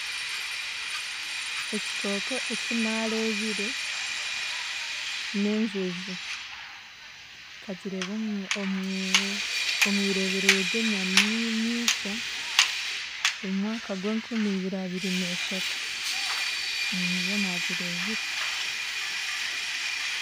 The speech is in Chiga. Ekikooko ekinaareebire n'enjojo, nkagireeba omu- omu omwireeberero ry'enyami mi- miisha omu mwaka gw'enkumibiri abiri n'eshatu niyo naagireebire.